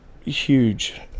huge